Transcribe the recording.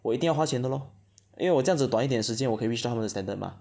我一定要花钱的 lor 因为我这样子短一点时间我可以 can reach 它们的 standard mah